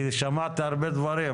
כי שמעת הרבה דברים,